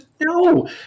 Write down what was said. no